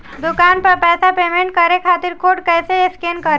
दूकान पर पैसा पेमेंट करे खातिर कोड कैसे स्कैन करेम?